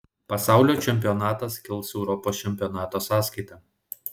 pasaulio čempionatas kils europos čempionato sąskaita